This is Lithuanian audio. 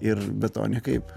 ir be to ne kaip